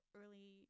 early